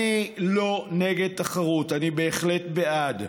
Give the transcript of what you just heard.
אני לא נגד תחרות, אני בהחלט בעד.